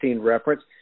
reference